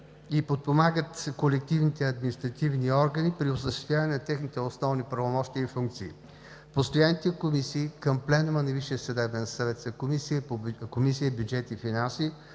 и подпомагат колективните административни органи при осъществяване на техните основни правомощия и функции. Постоянните комисии към Пленума на Висшия съдебен съвет са: Комисия „Бюджет и финанси“,